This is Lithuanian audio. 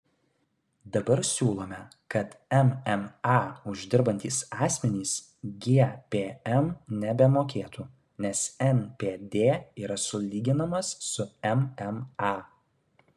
dabar siūlome kad mma uždirbantys asmenys gpm nebemokėtų nes npd yra sulyginamas su mma